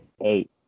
eight